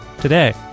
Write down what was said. today